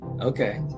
Okay